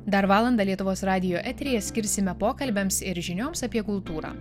dar valandą lietuvos radijo eteryje skirsime pokalbiams ir žinioms apie kultūrą